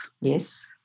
Yes